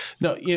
No